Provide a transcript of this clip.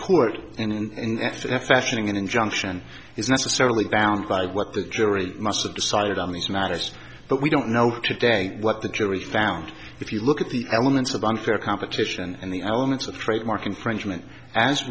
court and after the fashioning an injunction is necessarily found by what the jury must have decided on these matters but we don't know today what the jury found if you look at the elements of unfair competition and the elements of trademark infringement as